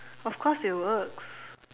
of course it works